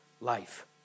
life